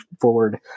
forward